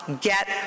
get